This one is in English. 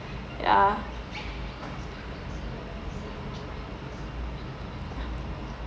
ya